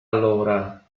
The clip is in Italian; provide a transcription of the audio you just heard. allora